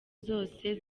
zose